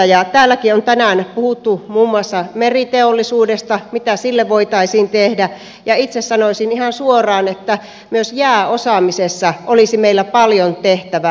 täälläkin on tänään puhuttu muun muassa meriteollisuudesta mitä sille voitaisiin tehdä ja itse sanoisin ihan suoraan että myös jääosaamisessa olisi meillä paljon tehtävää